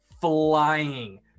flying